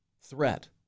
threat